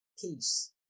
peace